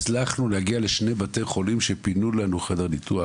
הצלחנו להגיע לשני בתי חולים שפינו לנו חדר ניתוח.